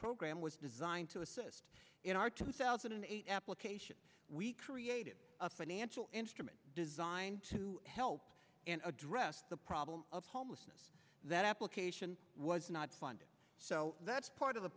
program was designed to assist in our two thousand and eight application we created a financial instrument designed to help address the problem of homelessness that application was not funded so that's part of the